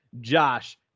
Josh